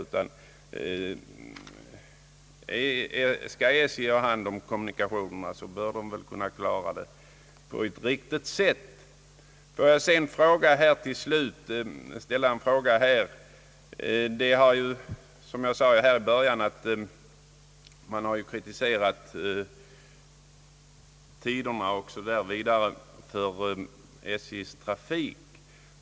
Skall SJ ha hand om kommunikationerna, bör SJ väl sköta dem på ett riktigt sätt. Får jag sedan ställa en fråga. Som jag sade i början, har man kritiserat tidtabellerna m.m. för SJ:s trafik.